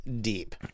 deep